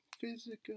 Physical